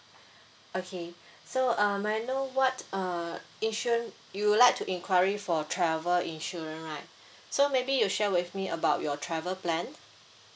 okay so um may I know what uh insurance you would like to inquiry for travel insurance right so maybe you share with me about your travel plan